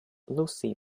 lucy